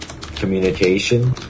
communication